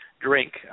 drink